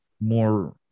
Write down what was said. more